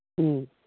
ꯎꯝ